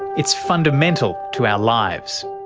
it's fundamental to our lives.